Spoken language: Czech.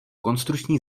konstrukční